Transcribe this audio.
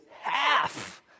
half